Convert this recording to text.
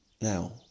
Now